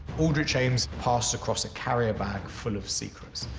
aldrich ames passed across a carrier bag full of secrets.